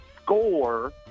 score